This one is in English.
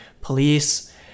police